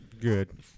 good